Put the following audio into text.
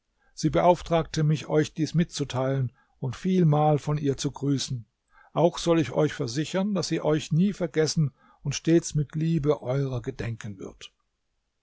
sie beauftragte mich euch dies mitzuteilen und vielmal von ihr zu grüßen auch soll ich euch versichern daß sie euch nie vergessen und stets mit liebe euer gedenken wird